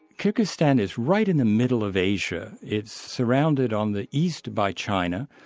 kyrgyzstan is right in the middle of asia. it's surrounded on the east by china,